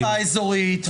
המועצה האזורית.